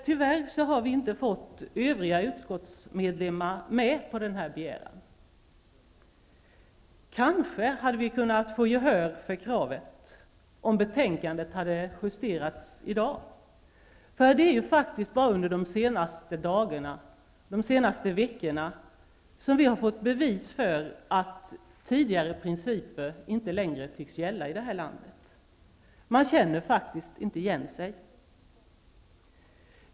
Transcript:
Tyvärr har vi inte fått övriga utskottsmedlemmar med på denna begäran. Kanske hade vi kunnat få gehör för kravet om betänkandet hade justerats i dag, för det är faktiskt bara under de senaste veckorna som vi har fått bevis för att tidigare principer inte längre tycks gälla i landet. Man känner faktiskt inte igen sig.